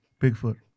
Bigfoot